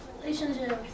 Relationships